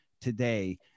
today